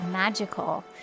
Magical